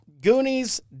goonies